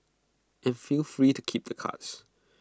and feel free to keep the cards